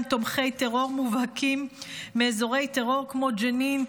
תומכי טרור מובהקים מאזורי טרור כמו ג'נין,